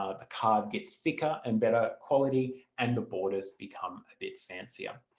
ah the card gets thicker and better quality and the borders become a bit fancier.